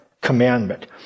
commandment